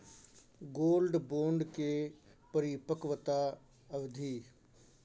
Gold bond के परिपक्वता अवधि?